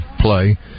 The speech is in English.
play